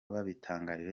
babitangarije